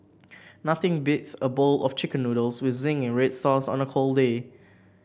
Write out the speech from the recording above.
nothing beats a bowl of chicken noodles with zingy red sauce on a cold day